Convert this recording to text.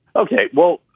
ok. well,